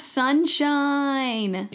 sunshine